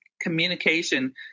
communication